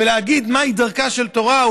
ולהגיד מהי דרכה של תורה,